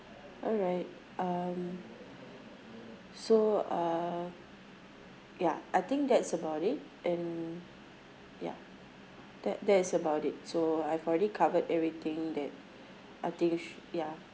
alright um so uh ya I think that's about it and ya that that is about it so I've already covered everything that I think sh~ ya